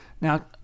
Now